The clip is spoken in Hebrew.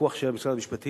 בוויכוח שהיה במשרד המשפטים,